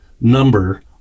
number